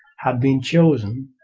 had been chosen,